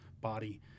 body